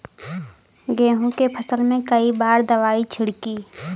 गेहूँ के फसल मे कई बार दवाई छिड़की?